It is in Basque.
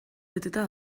beteta